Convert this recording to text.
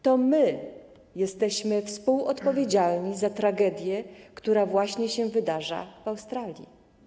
To my jesteśmy współodpowiedzialni za tragedię, która właśnie się wydarza w Australii.